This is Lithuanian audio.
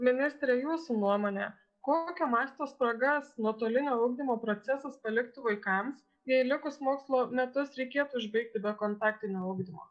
ministre jūsų nuomone kokio masto spragas nuotolinio ugdymo procesas paliktų vaikams jei likus mokslo metus reikėtų užbaigti be kontaktinio ugdymo